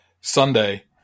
Sunday